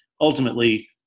ultimately